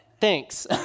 Thanks